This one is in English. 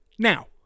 Now